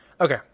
Okay